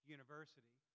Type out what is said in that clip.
University